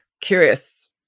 curious